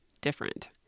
different